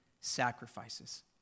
sacrifices